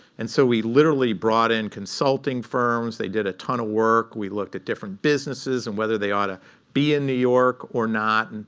and so we literally brought in consulting firms. they did a ton of work. we looked at different businesses and whether they ought to be in new york or not. and